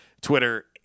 Twitter